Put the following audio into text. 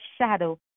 shadow